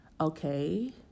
Okay